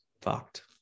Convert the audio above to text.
fucked